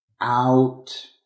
out